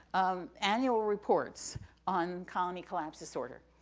um, annual reports on colony collapse disorder,